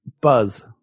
Buzz